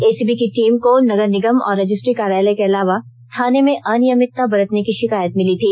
ACB की team को नगर निगम और रजिस्ट्री कार्यालय के अलावा थाने में अनियमितता बरतने की षिकायत मिली थी